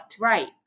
Right